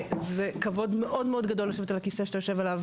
זה כבוד מאוד גדול לשבת על הכיסא שאתה יושב עליו.